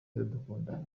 iradukunda